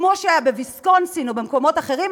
כמו שהיה ב"ויסקונסין" או במקרים אחרים,